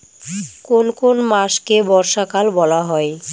কোন কোন মাসকে বর্ষাকাল বলা হয়?